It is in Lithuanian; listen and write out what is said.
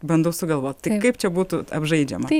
bandau sugalvot tai kaip čia būtų apžaidžiama